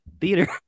theater